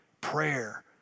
prayer